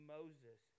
Moses